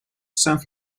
saint